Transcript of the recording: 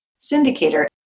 syndicator